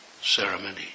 ceremony